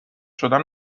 شدن